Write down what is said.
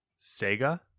Sega